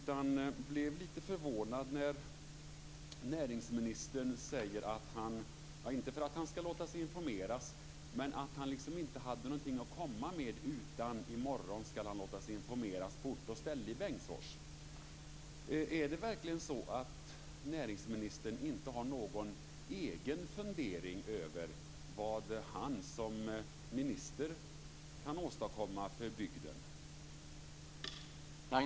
Jag blev lite förvånad när näringsministern sade att han inte har något att komma med utan att han i morgon skall låta sig informeras på ort och ställe i Bengtsfors. Är det verkligen så att näringsministern inte har någon egen fundering över vad han som minister kan åstadkomma för bygden?